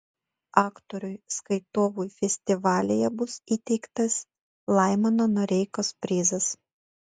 aktoriui skaitovui festivalyje bus įteiktas laimono noreikos prizas